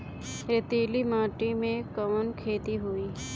रेतीली माटी में कवन खेती होई?